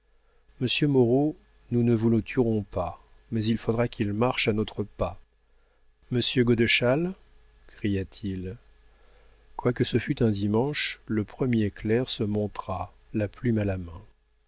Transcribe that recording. moreau nous ne vous le tuerons pas mais il faudra qu'il marche à notre pas monsieur godeschal cria-t-il quoique ce fût un dimanche le premier clerc se montra la plume à la main